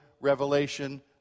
revelation